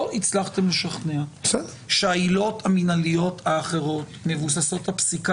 לא הצלחתם לשכנע שהעילות המינהליות האחרות מבוססות הפסיקה